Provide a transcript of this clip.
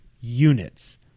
units